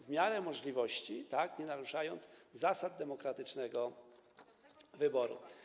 w miarę możliwości - tak, nie naruszając - zasad demokratycznego wyboru.